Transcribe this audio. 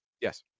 Yes